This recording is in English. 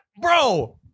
Bro